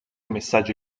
messaggi